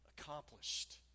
accomplished